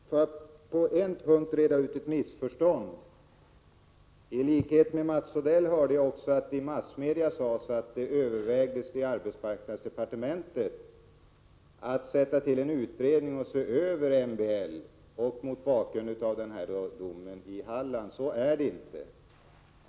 Herr talman! Jag vill på en punkt reda ut ett missförstånd. I likhet med Mats Odell hörde jag att det i massmedia sades att arbetsmarknadsdepartementet övervägde att sätta till en utredning för att se över MBL mot bakgrund av domen i Halland. Det är inte sant.